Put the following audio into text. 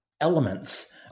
elements